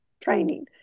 training